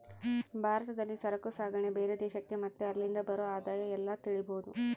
ಭಾರತದಲ್ಲಿ ಸರಕು ಸಾಗಣೆ ಬೇರೆ ದೇಶಕ್ಕೆ ಮತ್ತೆ ಅಲ್ಲಿಂದ ಬರೋ ಆದಾಯ ಎಲ್ಲ ತಿಳಿಬೋದು